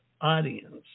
audience